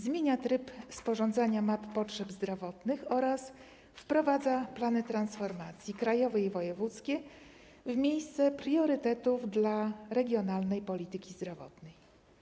Zmienia tryb sporządzania map potrzeb zdrowotnych oraz wprowadza plany transformacji - krajowy i wojewódzkie - w miejsce priorytetów dla regionalnej polityki zdrowotnej.